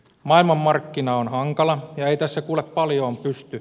maailmanmarkkina on hankala ja ei tässä kuule paljoon pysty